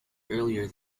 earlier